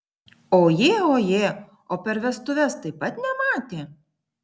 ojė ojė o per vestuves taip pat nematė